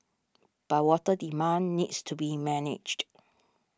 but water demand needs to be managed